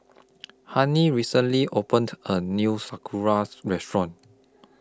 Hennie recently opened A New Sauerkraut Restaurant